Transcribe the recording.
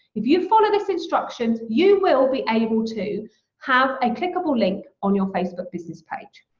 if you follow these instructions, you will be able to have a clickable link on your facebook business page.